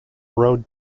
road